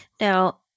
Now